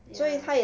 ya